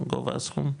גובה הסכום?